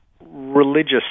religious